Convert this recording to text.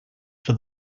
for